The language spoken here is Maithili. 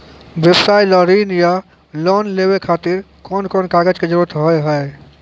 व्यवसाय ला ऋण या लोन लेवे खातिर कौन कौन कागज के जरूरत हाव हाय?